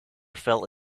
fell